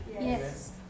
Yes